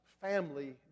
family